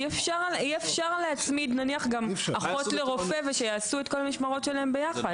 אי אפשר להצמיד אחות לרופא ושיעשו את כל המשמרות שלהם יחד.